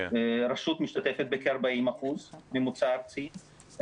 רשות משתתפת בכ-40% ממוצע ארצי,